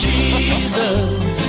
Jesus